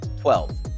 Twelve